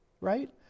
right